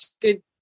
good